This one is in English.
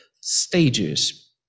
stages